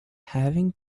having